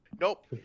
Nope